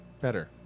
better